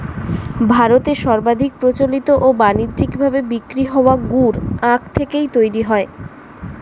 ভারতে সর্বাধিক প্রচলিত ও বানিজ্যিক ভাবে বিক্রি হওয়া গুড় আখ থেকেই তৈরি হয়